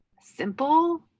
simple